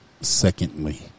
secondly